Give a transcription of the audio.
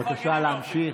בבקשה להמשיך.